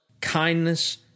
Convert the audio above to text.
kindness